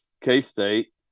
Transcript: k-state